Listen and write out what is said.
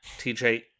TJ